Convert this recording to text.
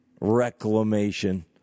reclamation